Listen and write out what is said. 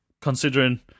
considering